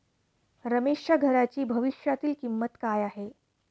रमेशच्या घराची भविष्यातील किंमत काय आहे?